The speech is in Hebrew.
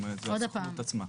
זאת אומרת הסוכנות עצמה.